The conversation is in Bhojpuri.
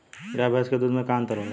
गाय भैंस के दूध में का अन्तर होला?